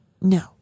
No